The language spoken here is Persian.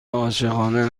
عاشقانه